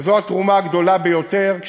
וזו התרומה הגדולה ביותר.